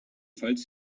falls